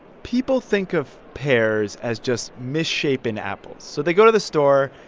people think of pears as just misshapen apples. so they go to the store,